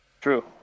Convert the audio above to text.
True